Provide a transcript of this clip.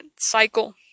cycle